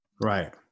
Right